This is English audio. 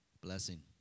Blessing